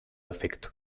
afecto